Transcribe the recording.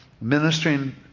ministering